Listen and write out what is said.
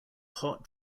hot